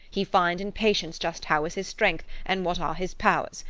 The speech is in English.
he find in patience just how is his strength, and what are his powers.